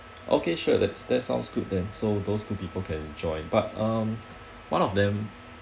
okay sure that's that's sounds good then so those two people can join but um one of them